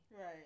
Right